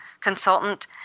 consultant